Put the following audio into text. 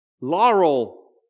Laurel